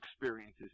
experiences